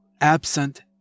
absent